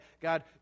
God